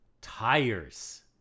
Tires